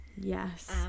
Yes